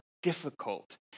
difficult